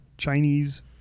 Chinese